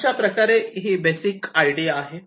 अशाप्रकारे basic idea आहे